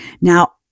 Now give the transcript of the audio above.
Now